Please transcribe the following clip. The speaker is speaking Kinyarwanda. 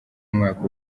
umwaka